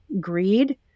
greed